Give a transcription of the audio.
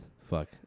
Fuck